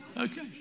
okay